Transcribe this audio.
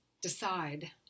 decide